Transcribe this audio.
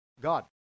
God